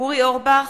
אורי אורבך,